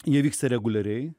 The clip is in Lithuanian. jie vyksta reguliariai